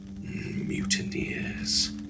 mutineers